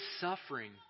suffering